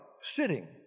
sitting